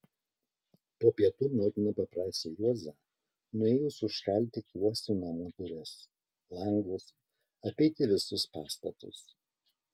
po pietų motina paprašė juozą nuėjus užkalti kuosų namų duris langus apeiti visus pastatus